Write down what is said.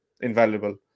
invaluable